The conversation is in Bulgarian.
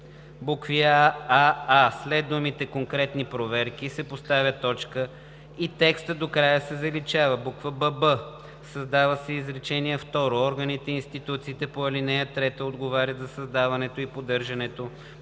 ал. 5: аа) след думите „конкретни проверки“ се поставя точка и текстът до края се заличава; бб) създава се изречение второ: „Органите и институциите по ал. 3 отговарят за създаването и поддържането